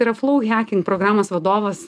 yra flou haking programos vadovas